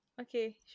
Okay